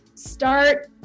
start